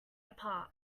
apart